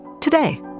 today